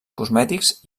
cosmètics